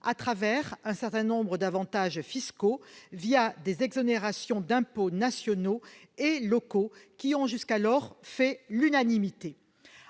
droit à un certain nombre d'avantages fiscaux, des exonérations d'impôts nationaux et locaux qui ont jusqu'à présent fait l'unanimité.